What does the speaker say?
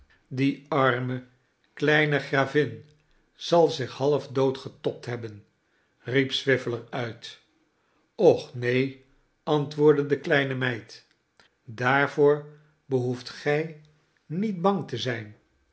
die arme kleine gravin zal zich half dood getobd hebben riep swiveller uit och neen antwoordde de kleine meid daarvoor behoeft gij niet bang te zijn